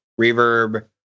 reverb